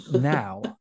now